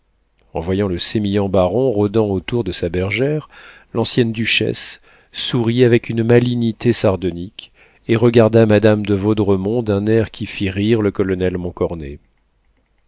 en voyant le sémillant baron rôdant autour de sa bergère l'ancienne duchesse sourit avec une malignité sardonique et regarda madame de vaudremont d'un air qui fit rire le colonel